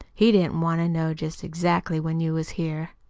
he didn't want to know jest exactly when you was here.